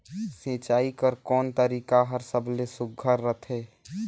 सिंचाई कर कोन तरीका हर सबले सुघ्घर रथे?